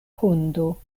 hundo